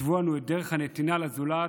התוו לנו את דרך הנתינה לזולת,